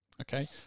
okay